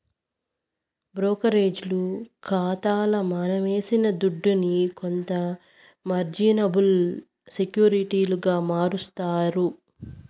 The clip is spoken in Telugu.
బ్రోకరేజోల్లు కాతాల మనమేసిన దుడ్డుని కొంత మార్జినబుల్ సెక్యూరిటీలుగా మారస్తారు